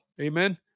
Amen